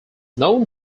known